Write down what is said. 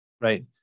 right